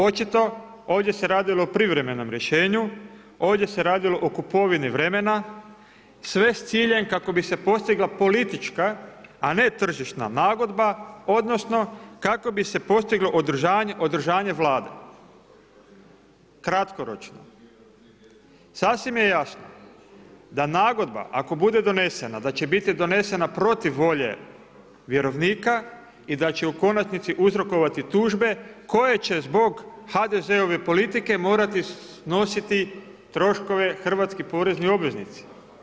Očito ovdje se radilo o privremenom riješenu, ovdje se radilo o kupovini vremena, sve s ciljem kako bi se postigla politička a ne tržišna nagodba, odnosno, kako bi se postiglo održanje Vlade, kratkoročno, sasvim je jasno, da nagodba ako bude donesena, da će biti donesena protiv volje vjerovnika i da će u konačnici uzrokovati tužbe koja će zbog HDZ-ove politike morati snositi troškove hrvatski porezni obveznici.